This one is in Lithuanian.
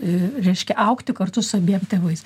reiškia augti kartu su abiem tėvais